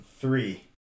Three